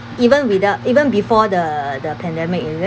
even without even before the the pandemic is it